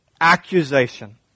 accusation